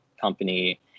company